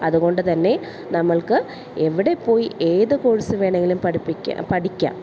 അതുകൊണ്ട് തന്നെ നമ്മൾക്ക് എവിടെ പോയി ഏത് കോഴ്സ് വേണമെങ്കിലും പഠിപ്പിക്കാ പഠിക്കാം